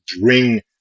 bring